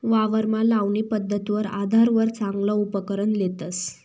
वावरमा लावणी पध्दतवर आधारवर चांगला उपकरण लेतस